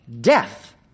death